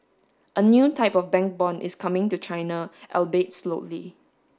a new type of bank bond is coming to China albeit slowly